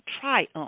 triumph